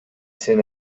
сен